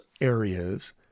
areas